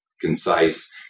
concise